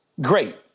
great